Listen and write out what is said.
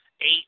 eight